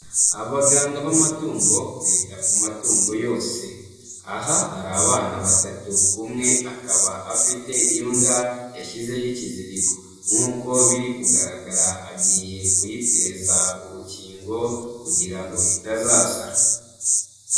Abaganga b'amatungo bita ku matungo yose. Aha hari abana batatu umwe akaba afite imbwa yashyizeho ikiziriko, nk'uko biri kugaragara agiye kuyiteza urukingo, kugira ngo itazasara.